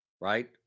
right